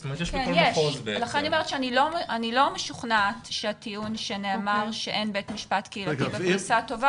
שם יש לנו מדריכה יהודייה שמובילה תהליכים בבתי הספר ביפו.